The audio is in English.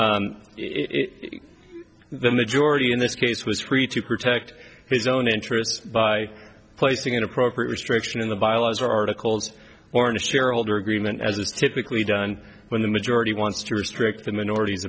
the majority in this case was free to protect his own interests by placing an appropriate restriction in the bylaws articles orange jerald or agreement as it's typically done when the majority wants to restrict the minorities